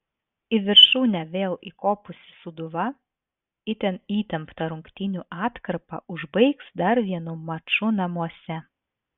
į viršūnę vėl įkopusi sūduva itin įtemptą rungtynių atkarpą užbaigs dar vienu maču namuose